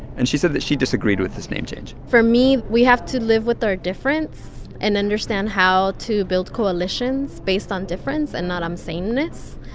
and she said that she disagreed with this name change for me, we have to live with our difference and understand how to build coalitions based on difference and not on um sameness.